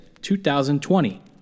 2020